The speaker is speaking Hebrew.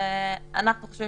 אנחנו חושבים